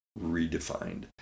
redefined